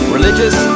Religious